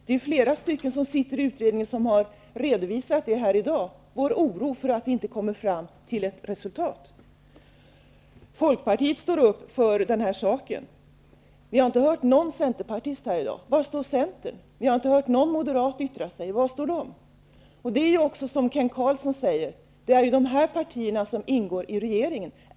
Det är flera stycken som sitter i utredningen som här i dag har redovisat vår oro för att vi inte skall komma fram till ett resultat. Folkpartiet står upp för den här saken. Vi har inte hört någon centerpartist i dag. Var står Centern? Vi har inte hört någon moderat yttra sig. Var står de? Som Kent Carlsson säger är det de här partierna som ingår i regeringen.